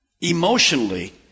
emotionally